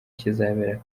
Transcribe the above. kizabera